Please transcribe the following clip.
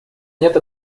нет